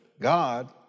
God